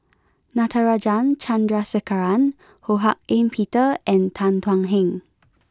Natarajan Chandrasekaran Ho Hak Ean Peter and Tan Thuan Heng